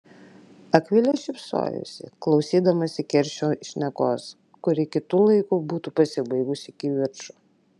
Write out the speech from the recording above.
akvilė šypsojosi klausydamasi keršio šnekos kuri kitu laiku būtų pasibaigusi kivirču